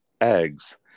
eggs